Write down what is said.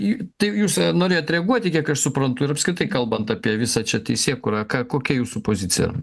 į tai jūs norėjot reaguoti kiek aš suprantu ir apskritai kalbant apie visą čia teisėkūrą ka kokia jūsų pozicija